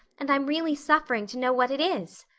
and i'm really suffering to know what it is.